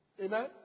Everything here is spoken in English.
Amen